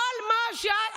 מה את יודעת חוץ מהקללות?